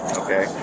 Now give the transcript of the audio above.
okay